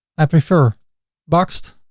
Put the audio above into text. i prefer boxed.